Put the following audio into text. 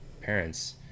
parents